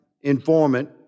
informant